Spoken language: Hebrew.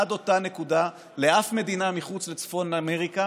עד אותה נקודה לאף מדינה מחוץ לצפון אמריקה